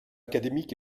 académique